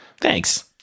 Thanks